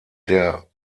der